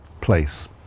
place